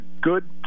good